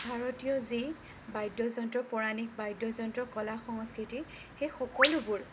ভাৰতীয় যি বাদ্যযন্ত্ৰ পৌৰাণিক বাদ্যযন্ত্ৰ কলা সংস্কৃতি সেই সকলোবোৰ